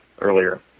earlier